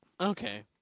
Okay